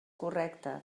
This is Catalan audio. correcte